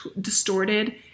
distorted